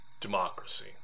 democracy